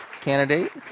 candidate